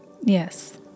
Yes